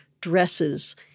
dresses